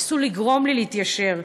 ניסו לגרום לי להתיישר,